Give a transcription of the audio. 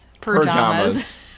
Pajamas